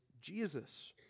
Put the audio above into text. Jesus